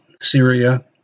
Syria